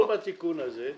לא בתיקון הזה.